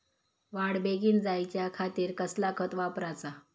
वाढ बेगीन जायच्या खातीर कसला खत वापराचा?